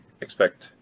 expect